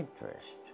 interest